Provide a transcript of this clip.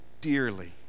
dearly